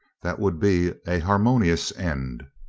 that would be a harmonious end.